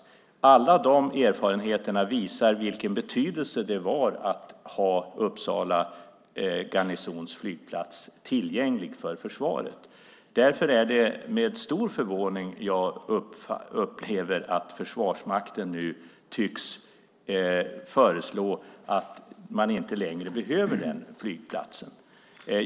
Alla de erfarenheterna visar vilken betydelse det hade att ha Uppsala garnisons flygplats tillgänglig för försvaret. Därför är det med stor förvåning jag upplever att Försvarsmakten nu tycks föreslå att man inte längre behöver den flygplatsen.